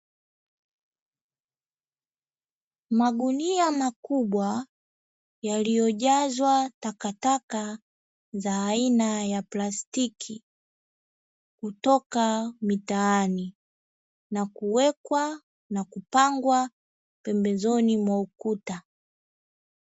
Magunia makubwa yaliyojazwa takataka za aina ya plastiki, kutoka mitaani na kuwekwa na kupangwa pembezoni mwa ukuta.